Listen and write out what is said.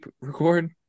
record